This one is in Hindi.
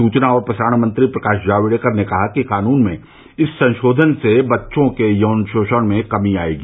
सूचना और प्रसारण मंत्री प्रकाश जावड़ेकर ने कहा कि कानून में इस संशोधन से बच्चों के यौन शोषण में कमी आएगी